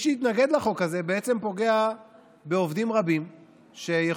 מי שיתנגד לחוק הזה בעצם פוגע בעובדים רבים שיכולים